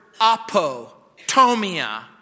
apotomia